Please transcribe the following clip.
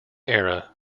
era